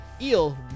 eel